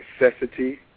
necessity